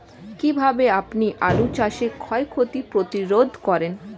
কীভাবে আপনি আলু চাষের ক্ষয় ক্ষতি প্রতিরোধ করেন?